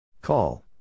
Call